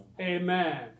Amen